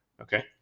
okay